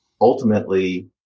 ultimately